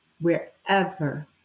wherever